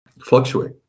fluctuate